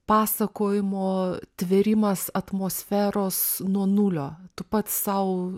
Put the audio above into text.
pasakojimo tvėrimas atmosferos nuo nulio tu pats sau